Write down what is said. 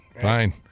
Fine